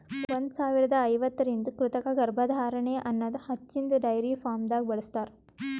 ಒಂದ್ ಸಾವಿರದಾ ಐವತ್ತರಿಂದ ಕೃತಕ ಗರ್ಭಧಾರಣೆ ಅನದ್ ಹಚ್ಚಿನ್ದ ಡೈರಿ ಫಾರ್ಮ್ದಾಗ್ ಬಳ್ಸತಾರ್